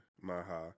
Maha